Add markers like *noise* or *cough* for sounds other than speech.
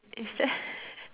is that *laughs*